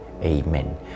Amen